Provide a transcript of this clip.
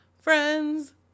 Friends